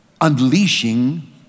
unleashing